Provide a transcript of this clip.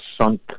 sunk